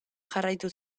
jarraitu